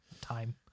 time